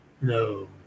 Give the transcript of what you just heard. No